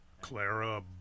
Clara